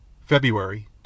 February